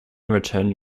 return